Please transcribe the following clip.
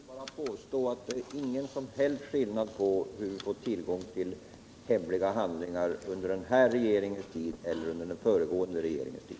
Herr talman! Jag vill påstå att det inte finns någon som helst skillnad på sättet att få tillgång till hemliga handlingar under den här regeringens tid och under den föregående regeringens tic.